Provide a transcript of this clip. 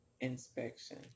inspection